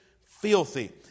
filthy